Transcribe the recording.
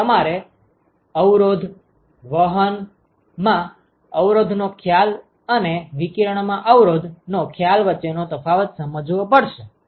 તેથી તમારે અવરોધ વહન માં અવરોધનો ખ્યાલ અને વિકિરણ માં અવરોધ નો ખ્યાલ વચ્ચેનો તફાવત સમજવો પડશે